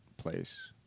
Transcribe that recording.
Place